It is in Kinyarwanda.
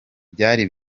byari